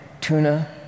tuna